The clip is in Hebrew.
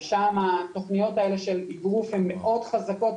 ששם התכניות האלה של איגרוף הן מאוד חזקות,